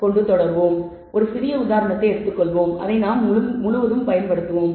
எனவே ஒரு சிறிய உதாரணத்தை எடுத்துக்கொள்வோம் அதை நாம் முழுவதும் பயன்படுத்துவோம்